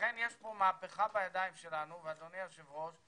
לכן יש כאן מהפכה בידיים שלנו ואדוני היושב ראש,